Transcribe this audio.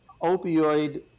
opioid